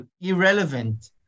irrelevant